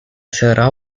será